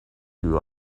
you